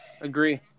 Agree